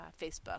Facebook